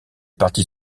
parti